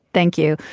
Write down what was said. thank you.